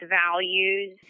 values